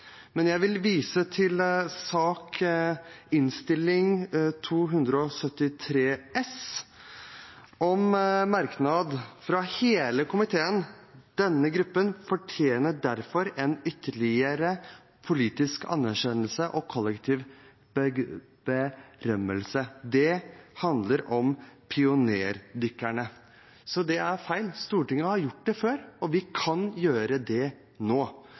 Jeg vil vise til Innst. 273 S for 2013–2014, som har en merknad fra hele komiteen: «Denne gruppen fortjener derfor en ytterligere politisk anerkjennelse og kollektiv berømmelse.» Det handlet om pionerdykkerne. Så det er feil, Stortinget har gjort det før, og vi kan gjøre det nå.